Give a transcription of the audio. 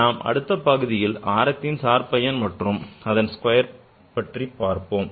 நாம் அடுத்த பகுதியில் ஆரத்தின் சார் பயன் மற்றும் அதன் ஸ்கொயர் பற்றிப் பார்ப்போம்